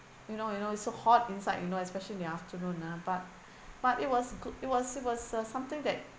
you know you know it's so hot inside you know especially in the afternoon ah but but it was good it was it was uh something that